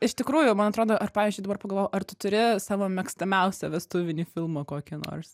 iš tikrųjų man atrodo ar pavyzdžiui dabar pagalvojau ar tu turi savo mėgstamiausią vestuvinį filmą kokį nors